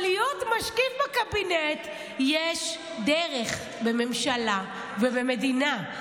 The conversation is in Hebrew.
אבל להיות משקיף בקבינט יש דרך בממשלה ובמדינה.